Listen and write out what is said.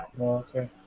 Okay